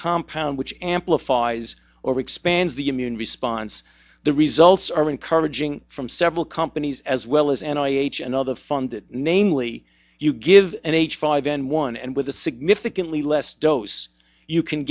compound which amplifies or expands the immune response the results are encouraging from several companies as well as and i and other funded namely you give an h five n one and with a significantly less dose you can